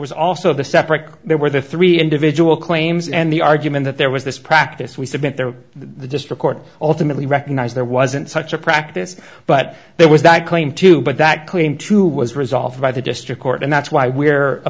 was also the separate there were the three individual claims and the argument that there was this practice we submit there the district court ultimately recognized there wasn't such a practice but there was that claim too but that claim too was resolved by the district court and that's why we're a